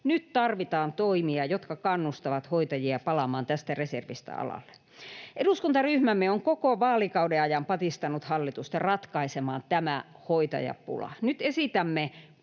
Nyt tarvittaisiin toimia, jotka kannustavat hoitajia palaamaan tästä reservistä alalle. Eduskuntaryhmämme on koko vaalikauden ajan patistanut hallitusta ratkaisemaan tämän hoitajapulan. Nyt esitämme